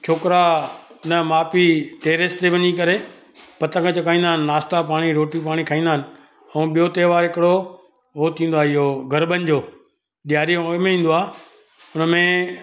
छोकिरा हुनजा माउ पीउ टेरेस ते वञी करे पतंग चकाईंदा आहिनि नास्ता पाणी रोटी पाणी खाईंदा आहिनि ऐं ॿियो त्योहार हिकिड़ो उहो थींदो आहे इहो गरबनि जो ॾियारी अॻिमें ईंदो आहे उन में